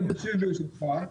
אני רק אשיב, ברשותך.